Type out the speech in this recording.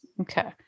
Okay